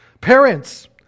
Parents